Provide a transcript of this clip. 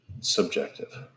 subjective